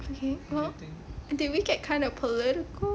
okay um did we get kind of political